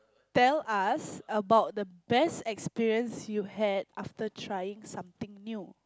tell us about the best experience you had after trying something new